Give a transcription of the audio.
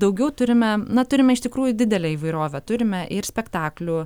daugiau turime na turime iš tikrųjų didelę įvairovę turime ir spektaklių